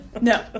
no